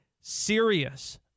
Serious